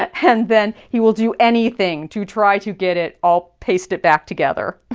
and then he will do anything to try to get it all pasted back together!